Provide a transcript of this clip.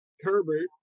Herbert